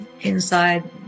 inside